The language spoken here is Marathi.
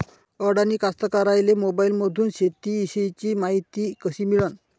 अडानी कास्तकाराइले मोबाईलमंदून शेती इषयीची मायती कशी मिळन?